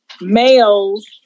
males